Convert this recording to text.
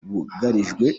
bugarijwe